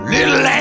Little